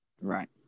Right